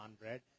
bread